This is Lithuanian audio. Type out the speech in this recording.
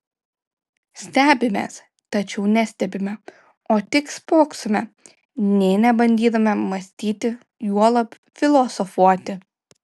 stebimės tačiau nestebime o tik spoksome nė nebandydami mąstyti juolab filosofuoti